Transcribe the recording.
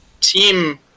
team